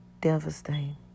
devastating